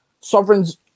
sovereigns